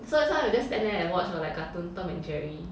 so sometimes we will just stand there and watch like cartoon tom and jerry